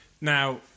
Now